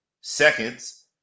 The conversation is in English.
seconds